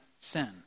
sin